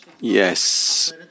Yes